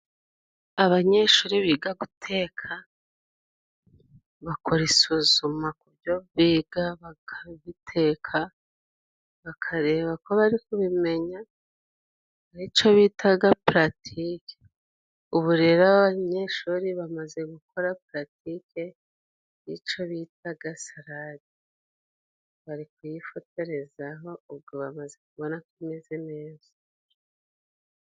Abanyeshuri biga guteka, bakora isuzuma ku byo biga bakabiteka, bakareba ko bari kubimenya, ico bitaga pratike. Ubu rero abanyeshuri bamaze gukora pratike, ico bitaga sarade, bari kuyifotorezaho ubwo bameze kubona ko imeze neza.